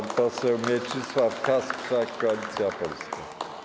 Pan poseł Mieczysław Kasprzak, Koalicja Polska.